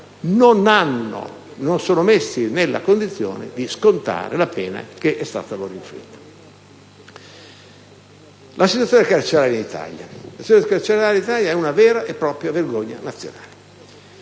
in realtà, non sono messi nella condizione di scontare la pena che è stata loro inflitta. La situazione carceraria in Italia è una vera e propria vergogna nazionale.